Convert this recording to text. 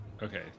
Okay